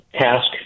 task